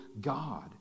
God